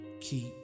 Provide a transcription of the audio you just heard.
keep